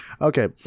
Okay